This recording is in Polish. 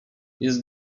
jest